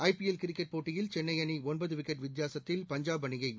ஐ PL cricket போட்டியில் சென்னைஅணி wicket வித்தியாசத்தில் பஞ்சாப் அணியைன்றது